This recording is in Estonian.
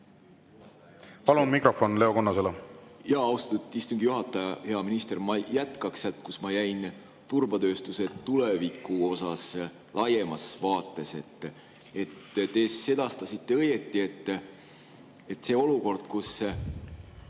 Palun mikron Leo Kunnasele.